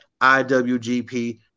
IWGP